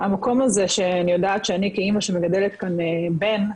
המקום הזה שאני יודעת שאני כאמא שמגדלת כאן בן,